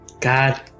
God